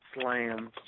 slams